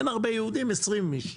אין הרבה יהודים, 20 איש.